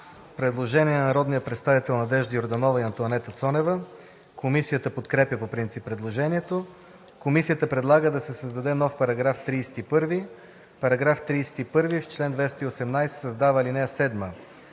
Предложение на народния представител Надежда Йорданова и Антоанета Цонева. Комисията подкрепя по принцип предложението. Комисията предлага да се създаде нов § 31: „§ 31. В чл. 218 се създава ал. 7: